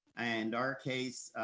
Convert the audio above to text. and our case,